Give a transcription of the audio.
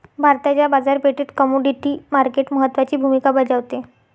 भारताच्या बाजारपेठेत commodity market महत्त्वाची भूमिका बजावते